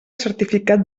certificat